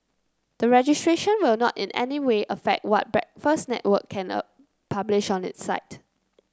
the registration will not in any way affect what Breakfast Network can publish on its site